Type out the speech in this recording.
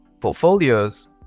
portfolios